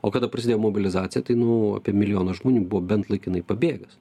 o kada prasidėjo mobilizacija tai nu apie milijonas žmonių buvo bent laikinai pabėgęs